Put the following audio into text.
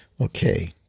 Okay